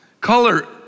Color